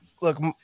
Look